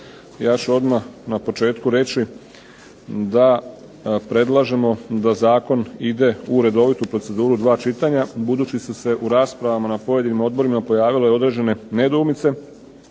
Ja ću odmah na početku reći da predlažemo da zakon ide u redovitu proceduru u dva čitanja, budući su se u raspravama na pojedinim odborima pojavile i određene nedoumice,